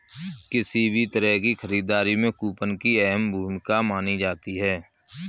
किसी भी तरह की खरीददारी में कूपन की अहम भूमिका मानी जाती है